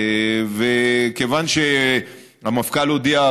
וכיוון שהמפכ"ל הודיע,